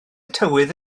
tywydd